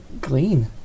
green